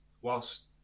whilst